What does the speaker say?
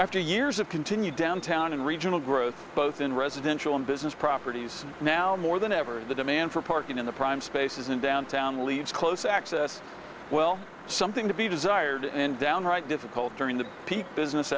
after years of continued downtown and regional growth both in residential and business properties now more than ever the demand for parking in the prime spaces in downtown leaves close access well something to be desired and downright difficult during the peak business